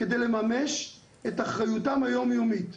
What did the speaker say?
כדי לממש את אחריותם היומיומית.